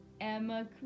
Emma